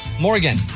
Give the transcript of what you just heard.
Morgan